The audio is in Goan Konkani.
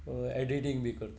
एडिटींग बी करताले